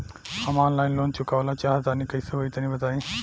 हम online loan चुकावल चाहऽ तनि कइसे होई तनि बताई?